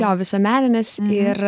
jo visuomeninis ir